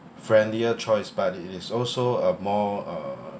friendlier choice but it is also a more uh